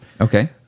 Okay